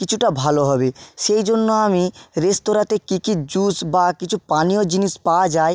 কিছুটা ভালো হবে সেই জন্য আমি রেস্তোরাঁতে কী কী জুস বা কিছু পানীয় জিনিস পাওয়া যায়